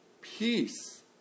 Peace